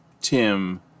Tim